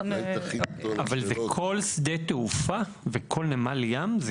דרור בוימל אבל זה כל שדה תעופה וכל נמל ים?